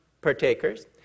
partakers